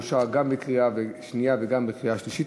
אושר גם בקריאה שנייה וגם בקריאה שלישית,